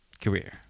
career